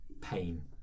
pain